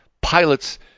pilots